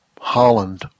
Holland